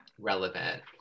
relevant